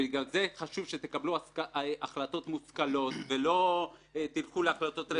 בגלל זה חשוב שתקבלו החלטות מושכלות ולא תלכו להחלטות רטרואקטיביות.